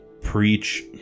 preach